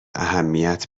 اهمیت